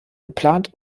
geplant